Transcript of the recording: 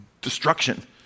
destruction